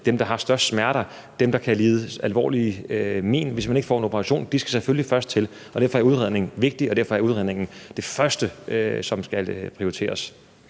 Dem, der har størst smerter, og dem, der kan få alvorlige men, hvis de ikke får en operation, skal selvfølgelig først til. Derfor er udredning vigtig, og derfor er udredningen det første, det her skal prioriteres.